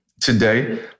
today